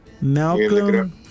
Malcolm